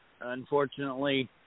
unfortunately